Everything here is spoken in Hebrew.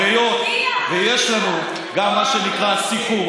אבל היות שיש לנו גם מה שנקרא סיקור,